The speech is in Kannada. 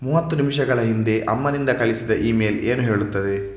ಮೂವತ್ತು ನಿಮಿಷಗಳ ಹಿಂದೆ ಅಮ್ಮನಿಂದ ಕಳಿಸಿದ ಇಮೇಲ್ ಏನು ಹೇಳುತ್ತದೆ